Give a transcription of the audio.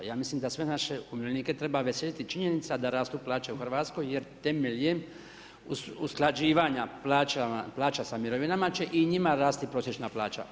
Ja mislim da sve naše umirovljenike treba veslati činjenica da rastu plaće u Hrvatskoj jer temeljem usklađivanja plaća sa mirovinama će i njima rasti prosječna plaća.